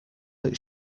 its